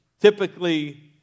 Typically